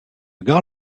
gare